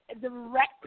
direct